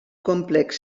complex